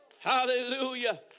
Hallelujah